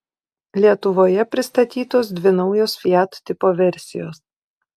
lietuvoje pristatytos dvi naujos fiat tipo versijos